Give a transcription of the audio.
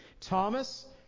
Thomas